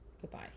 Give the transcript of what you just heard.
Goodbye